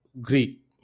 Greek